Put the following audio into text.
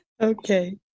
Okay